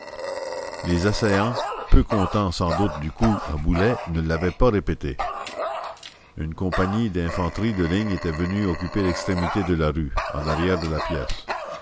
les assaillants peu contents sans doute du coup à boulet ne l'avaient pas répété une compagnie d'infanterie de ligne était venue occuper l'extrémité de la rue en arrière de la pièce